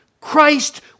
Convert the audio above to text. Christ